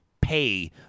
pay